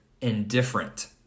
indifferent